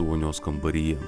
vonios kambaryje